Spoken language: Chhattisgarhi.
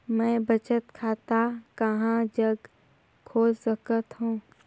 मैं बचत खाता कहां जग खोल सकत हों?